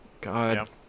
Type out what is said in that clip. god